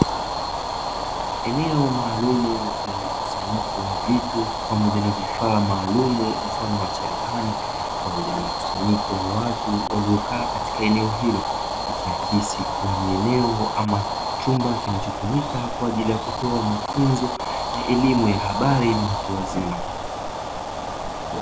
Eneo maalum lenye mkusanyiko wa vitu pamoja na vifaa maalum mfano wa cherehani pamoja na mkusanyiko wa watu waliokaa katika eneo hilo, likiakisi kuwa ni eneo ama chumba kinachotumika kwa ajili ya kutoa mafunzo ya elimu ya habari na watu wazima